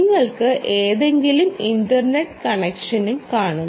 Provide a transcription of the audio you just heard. നിങ്ങൾക്ക് ഏതെങ്കിലും ഇന്റർനെറ്റ് കണക്ഷനും കാണും